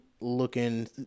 looking